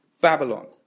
Babylon